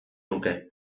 nuke